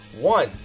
One